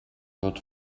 wird